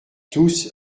tous